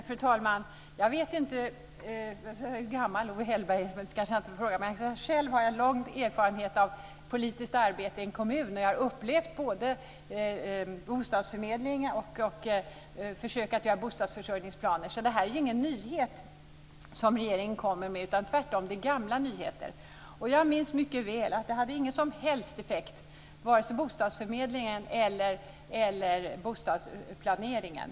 Fru talman! Jag vet inte hur gammal Owe Hellberg är - det kanske jag inte får fråga - men jag kan säga att jag själv har lång erfarenhet av politiskt arbete i en kommun. Jag har upplevt både bostadsförmedling och försök att göra bostadsförsörjningsplaner. Det är ingen nyhet som regeringen kommer med. Tvärtom, det är gamla nyheter. Jag minns mycket väl att det inte hade någon som helst effekt, vare sig bostadsförmedlingen eller bostadsplaneringen.